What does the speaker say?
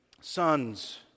sons